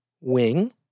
wing